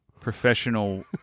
Professional